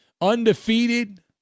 Undefeated